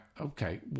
Okay